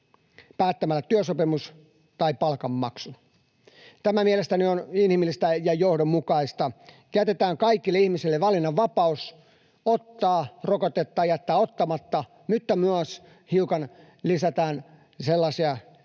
päättämällä työsopimus tai palkanmaksu. Tämä mielestäni on inhimillistä ja johdonmukaista, että jätetään kaikille ihmisille valinnanvapaus ottaa rokote tai jättää ottamatta mutta myös hiukan lisätään sellaisia toimenpiteitä,